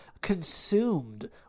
consumed